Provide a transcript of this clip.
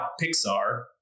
Pixar